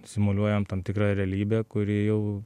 simuliuojam tam tikrą realybę kuri jau